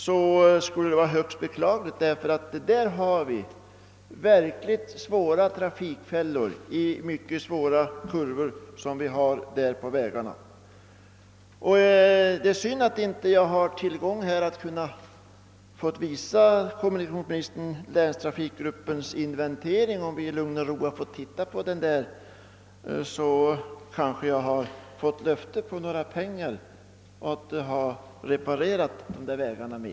Där har vi nämligen många farliga trafikfällor och svåra kurvor, som med det snaraste måste elimineras. Det är synd att jag här inte kan visa kommunikationsministern = länstrafikgruppens inventering av vissa dåliga vägar. Om vi i lugn och ro kunnat studera den, så hade jag kanske kunnat få löfte av kommunikationsministern om pengar att reparera de vägarna med.